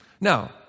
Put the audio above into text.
Now